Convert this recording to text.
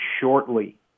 shortly